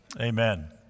Amen